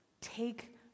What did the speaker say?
take